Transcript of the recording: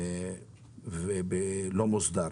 או מוסדר.